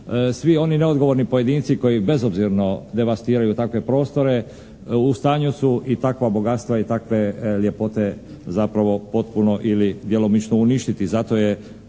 svi oni neodgovorni pojedinci koji bezobzirno devastiraju takve prostore u stanju su i takva bogatstva i takve ljepote zapravo potpuno ili djelomično uništiti.